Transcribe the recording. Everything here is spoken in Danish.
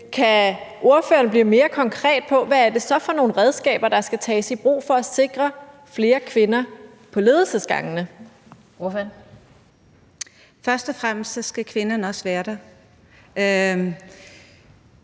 kan ordføreren blive mere konkret på, hvad det så er for nogle redskaber, der skal tages i brug for at sikre flere kvinder på ledelsesgangene? Kl. 16:52 Den fg. formand